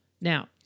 Now